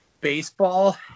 baseball